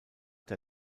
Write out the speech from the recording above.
der